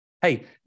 hey